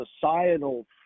societal